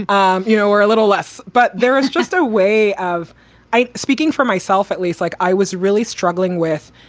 um you know, we're a little less. but there is just a way of speaking for myself, at least like i was really struggling with,